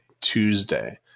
Tuesday